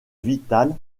vitale